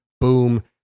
Boom